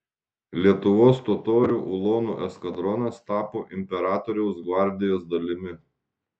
lietuvos totorių ulonų eskadronas tapo imperatoriaus gvardijos dalimi